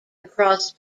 across